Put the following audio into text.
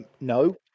No